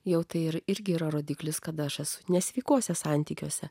jau tai irgi yra rodiklis kada aš esu nesveikuose santykiuose